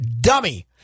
dummy